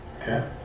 Okay